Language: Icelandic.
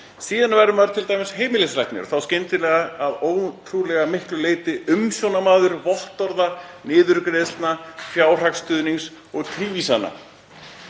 Síðan verður maður t.d. heimilislæknir og þá skyndilega að ótrúlega miklu leyti umsjónarmaður vottorða, niðurgreiðslna, fjárhagsstuðnings og tilvísana.“